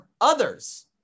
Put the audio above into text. others